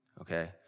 Okay